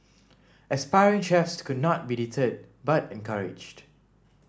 aspiring chefs could not be deterred but encouraged